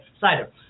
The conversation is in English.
Cider